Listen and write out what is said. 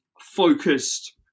focused